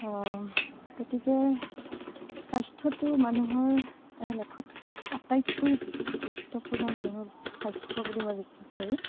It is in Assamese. গতিকে স্বাস্থ্যটো মানুহৰ এটা লেখত আটাইতকৈ গুৰুত্বপূৰ্ণ মানুহৰ স্বাস্থ্য বুলি মই বিশ্বাস কৰোঁ